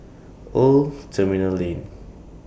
Old Terminal Lane